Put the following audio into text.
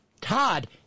Todd